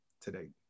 today